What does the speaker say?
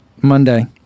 Monday